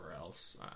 else